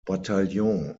bataillon